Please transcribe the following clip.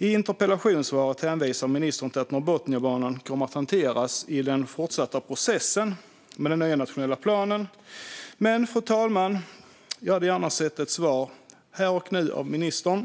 I interpellationssvaret hänvisar ministern till att Norrbotniabanan kommer att hanteras i den fortsatta processen med den nya nationella planen. Men, fru talman, jag hade gärna sett ett svar av ministern här och nu.